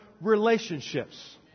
relationships